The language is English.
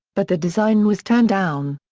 but the design was turned down.